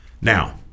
Now